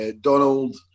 Donald